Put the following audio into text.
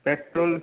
petrol